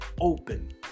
open